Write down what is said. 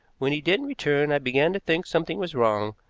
when he didn't return i began to think something was wrong,